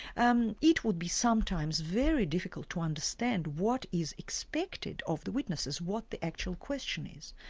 um it would be sometimes very difficult to understand what is expected of the witnesses, what the actual question is.